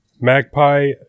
Magpie